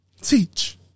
teach